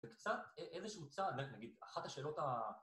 וקצת איזשהו צעד, נגיד אחת השאלות ה...